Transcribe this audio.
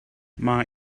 mae